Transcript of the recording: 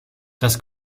das